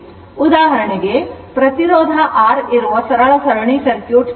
ಉದಾಹರಣೆಗೆ ಪ್ರತಿರೋಧ R ಇರುವ ಸರಳ ಸರಣಿ ಸರ್ಕ್ಯೂಟ್ ಇದೆ